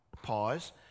pause